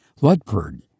Ludford